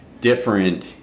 different